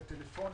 בטלפונים.